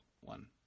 one